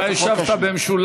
אתה השבת במשולב.